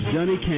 Johnny